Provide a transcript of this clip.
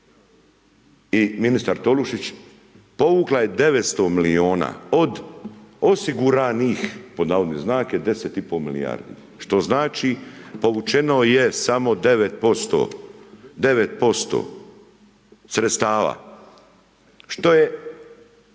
i ministar Tolušić, povukla je 900 milijuna od osiguranih, pod navodne znake, 10,5 milijardi, što znači povučeno je samo 9%, 9% sredstava, što je